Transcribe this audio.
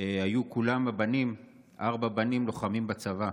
היו כל ארבעת הבנים לוחמים בצבא.